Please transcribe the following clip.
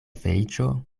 feliĉo